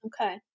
Okay